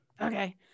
okay